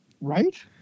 right